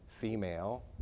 female